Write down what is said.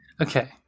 Okay